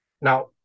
now